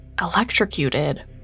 electrocuted